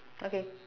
okay